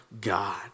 God